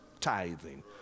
tithing